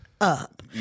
Up